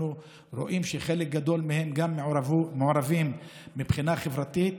אנחנו רואים שחלק גדול מהם גם מעורבים מבחינה חברתית.